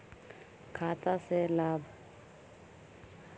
खाता से लाभ?